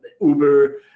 uber